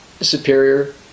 superior